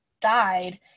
died